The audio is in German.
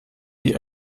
wie